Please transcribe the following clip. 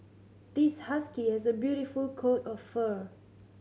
this husky has a beautiful coat of fur